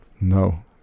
No